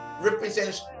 represents